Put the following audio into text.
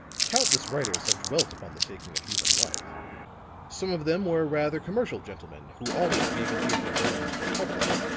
countless writers have dwelt upon the taking of human life some of them were rather commercial gentlemen who always gave an ear to the demands of their public,